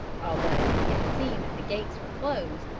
although he had seen that the gates were closed,